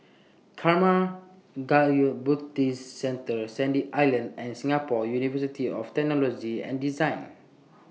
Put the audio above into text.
Karma Kagyud Buddhist Centre Sandy Island and Singapore University of Technology and Design